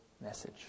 message